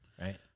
right